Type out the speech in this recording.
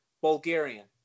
Bulgarian